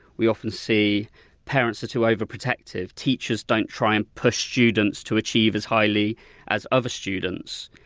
we often see parents are too over-protective, teachers don't try and push students to achieve as highly as other students.